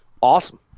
Awesome